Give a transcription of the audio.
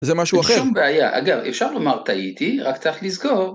זה משהו אחר. אין שום בעיה, אגב, אפשר לומר טעיתי, רק צריך לזכור.